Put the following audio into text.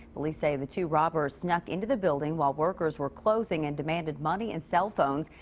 police say the two robbers snuck into the building. while workers were closing. and demanded money and cell phones.